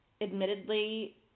admittedly